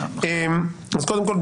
קודם כול,